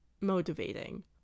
motivating